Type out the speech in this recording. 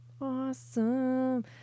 Awesome